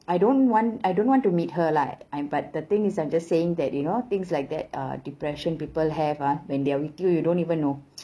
I don't want I don't want to meet her like I but the thing is I'm just saying that you know things like that uh depression people have ah when they're with you you don't even know